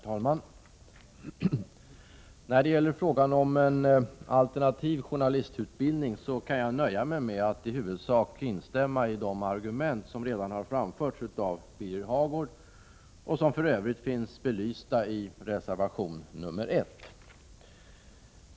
Herr talman! När det gäller frågan om en alternativ journalistutbildning kan jag nöja mig med att i huvudsak instämma i de argument som redan har framförts av Birger Hagård och som för övrigt finns belysta i reservation 1.